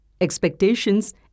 expectations